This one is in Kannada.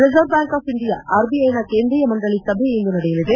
ರಿಸರ್ವ್ ಬ್ಲಾಂಕ್ ಆಫ್ ಇಂಡಿಯಾ ಆರ್ಬಿಐನ ಕೇಂದ್ರೀಯ ಮಂಡಳಿಯ ಸಭೆ ಇಂದು ನಡೆಯಲಿದೆ